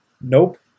Nope